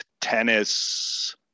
tennis